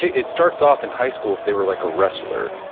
it starts off in high school if they were like a wrestler.